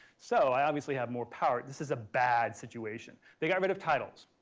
so, i obviously have more power. this is a bad situation. they got rid of titles.